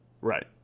Right